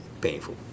painful